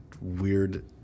weird